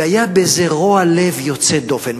והיה בזה רוע לב יוצא דופן.